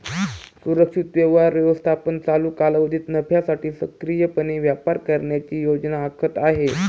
सुरक्षित व्यवहार व्यवस्थापन चालू कालावधीत नफ्यासाठी सक्रियपणे व्यापार करण्याची योजना आखत आहे